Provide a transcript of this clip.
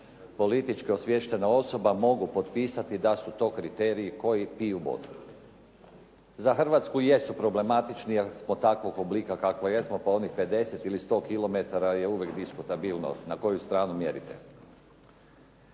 politička osviještena osoba mogu potpisati da su to kriteriji koji piju vodu. Za Hrvatsku jesu problematični jer smo takvog oblika kakvog jesmo, pa onih 50 ili 100 kilometara je uvijek diskutabilno na koju stranu mjerite.